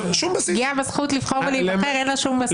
פגיעה בזכות לבחור ולהיבחר אין לה שום בסיס?